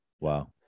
Wow